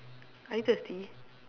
are you thirsty